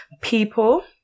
People